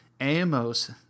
Amos